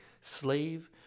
slave